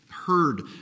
heard